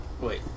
Wait